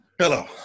hello